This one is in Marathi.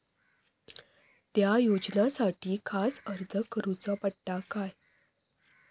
त्या योजनासाठी खास अर्ज करूचो पडता काय?